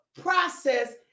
process